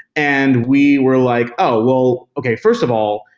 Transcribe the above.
and we were like, oh! well, okay. first of all,